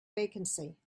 vacancy